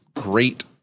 great